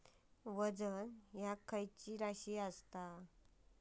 वजन ह्या खैची राशी असा?